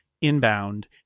inbound